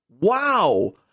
Wow